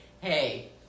hey